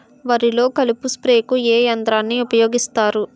వరిలో కలుపు స్ప్రేకు ఏ యంత్రాన్ని ఊపాయోగిస్తారు?